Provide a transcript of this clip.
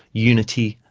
unity,